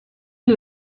est